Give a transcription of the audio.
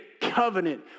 covenant